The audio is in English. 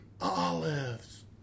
olives